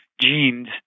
genes